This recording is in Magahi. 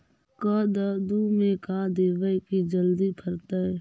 कददु मे का देबै की जल्दी फरतै?